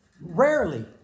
Rarely